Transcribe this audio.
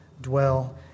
dwell